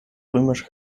römisch